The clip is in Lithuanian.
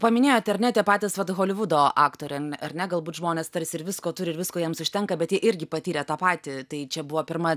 paminėjote ar ne tie patys vat holivudo aktoriam ar ne galbūt žmonės tarsi ir visko turi ir visko jiems užtenka bet jie irgi patyrė tą patį tai čia buvo pirma